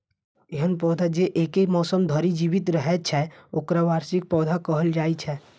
एहन पौधा जे एके मौसम धरि जीवित रहै छै, ओकरा वार्षिक पौधा कहल जाइ छै